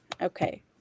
Okay